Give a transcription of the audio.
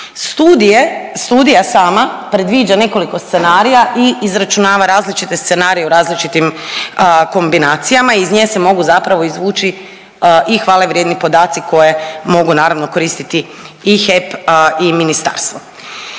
Studija sama predviđa nekoliko scenarija i izračunava različite scenarije u različitim kombinacijama. Iz nje se mogu zapravo izvući i hvale vrijedni podaci koje mogu naravno koristiti i HEP i ministarstvo.